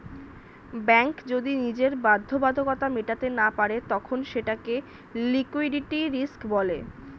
bank যদি নিজের বাধ্যবাধকতা মেটাতে না পারে তখন সেটাকে লিক্যুইডিটি রিস্ক বলে